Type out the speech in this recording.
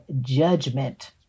judgment